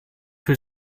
für